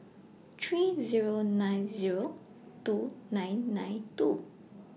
three Zero nine Zero two nine nine two